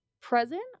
present